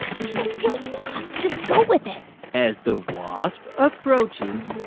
she's a real wasp. just go with it as the wasp approaches,